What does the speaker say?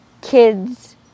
kids